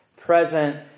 present